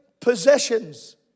possessions